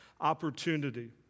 opportunity